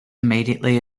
immediately